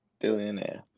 Billionaire